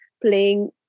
playing